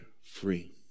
free